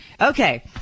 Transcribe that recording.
Okay